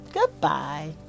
Goodbye